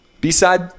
B-side